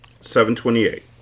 728